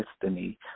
destiny